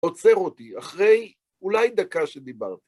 עוצר אותי, אחרי אולי דקה שדיברתי.